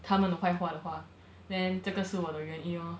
他们的坏话的话 then 这个是我的原因 lor